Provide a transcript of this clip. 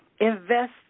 Invest